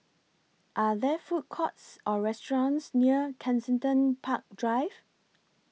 Are There Food Courts Or restaurants near Kensington Park Drive